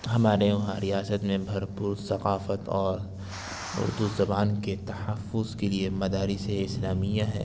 ہمارے وہاں ریاست میں بھرپور ثقافت اور اردو زبان کے تحفظ کے لیے مدارس اسلامیہ ہے